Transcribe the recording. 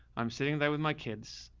i'm sitting there with my kids.